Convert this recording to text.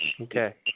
Okay